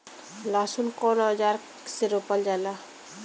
लहसुन कउन औजार से रोपल जाला?